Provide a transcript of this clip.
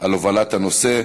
על הובלת הנושא.